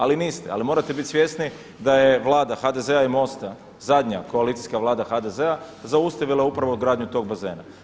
Ali niste, ali morate biti svjesni da je Vlada HDZ-a i MOST-a, zadnja koalicijska Vlada HDZ-a, zaustavila upravo gradnju tog bazena.